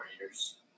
years